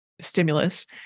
stimulus